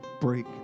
break